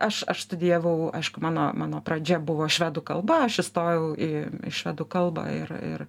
aš aš studijavau aišku mano mano pradžia buvo švedų kalba aš įstojau į į švedų kalbą ir ir